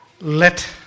let